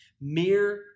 Mere